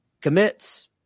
commits